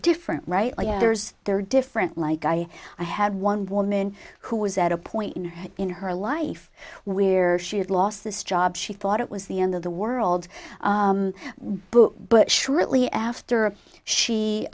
different right there's they're different like i i had one woman who was at a point in her life where she had lost this job she thought it was the end of the world book but shortly after she